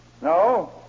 No